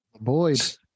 boys